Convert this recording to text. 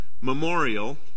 Memorial